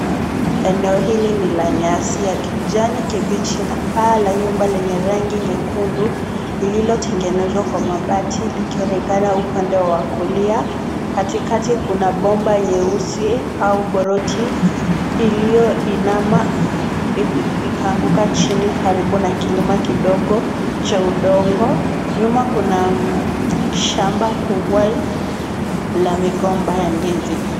Eneo hili ni la nyasi ya kijani kibichi na paa la nyumba lenye rangi nyekundu lililotengenezwa kwa mabati ikionekana upande wa kulia. Kati kati kuna bomba nyeusi au poroji iliyoinama ikaanguka chini karibu na kilima kidogo cha udongo. Nyuma kuna shamba kubwa la migomba ya ndizi.